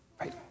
right